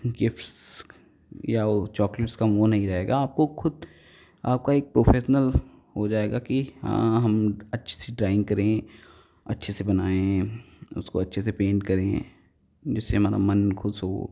gifts या ओ chocolates का मोह नहीं रहेगा आपको खुद आपका एक प्रोफेशनल हो जाएगा कि हाँ हम अच्छी सी ड्राइंग करें अच्छे से बनाए उसको अच्छे से पेंट करें जिससे हमारा मन खुस हो